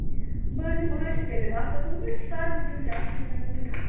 بہٕ حظ دِمہٕ ٲش کٔرِتھ اَتھ آسنَو تۄہہِ سروٕ کُلۍ تہِ آسنو تۄہہِ رُوٕنۍ اَتھ